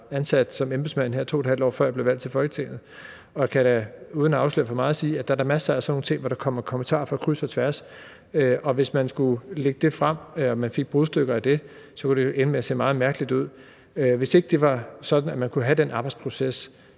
var ansat som embedsmand, 2½ år før jeg blev valgt til Folketinget, og kan uden at afsløre for meget sige, at der da er masser af sådan nogle ting, hvor der kommer kommentarer på kryds og tværs, og hvis man skulle lægge det frem og nogle fik brudstykker af det, kunne det ende med at se meget mærkeligt ud. Hvis ikke det var sådan, at man kunne have den arbejdsproces,